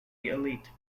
elite